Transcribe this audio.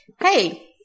Hey